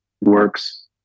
works